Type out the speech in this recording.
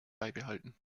beibehalten